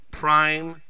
prime